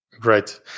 great